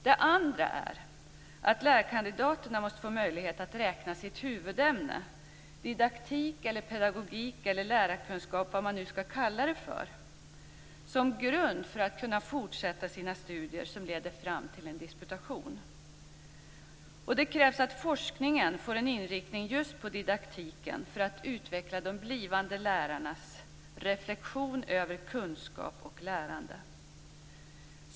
Den andra vägen är att lärarkandidaterna måste få möjlighet att räkna sitt huvudämne - didaktik, pedagogik, lärarkunskap eller vad man nu skall kalla det för - som grund för att kunna fortsätta sina studier som leder fram till en disputation. Det krävs att forskningen får en inriktning just på didaktiken för att utveckla de blivande lärarnas reflexion över kunskap och lärande.